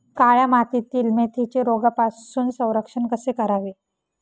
काळ्या मातीतील मेथीचे रोगापासून संरक्षण कसे करावे?